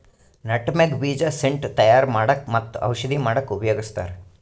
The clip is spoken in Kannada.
ನಟಮೆಗ್ ಬೀಜ ಸೆಂಟ್ ತಯಾರ್ ಮಾಡಕ್ಕ್ ಮತ್ತ್ ಔಷಧಿ ಮಾಡಕ್ಕಾ ಉಪಯೋಗಸ್ತಾರ್